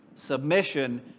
Submission